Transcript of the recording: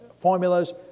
formulas